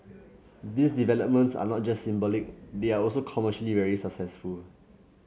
these developments are not just symbolic they are also commercially very successful